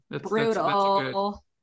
Brutal